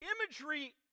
imagery